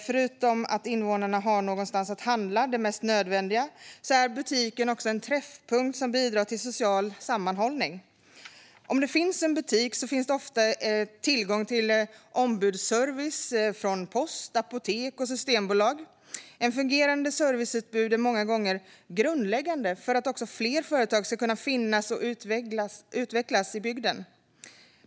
Förutom att invånarna har någonstans att handla det mest nödvändiga är butiken också en träffpunkt som bidrar till social sammanhållning. Om det finns en butik finns det ofta tillgång till ombudsservice från post, apotek och systembolag. Ett fungerande serviceutbud är många gånger grundläggande för att fler företag ska kunna finnas och utvecklas i bygden.